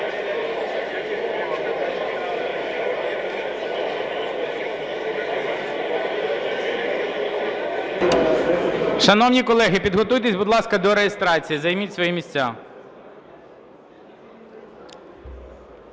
Шановні колеги, підготуйтесь, будь ласка, до реєстрації, займіть свої місця.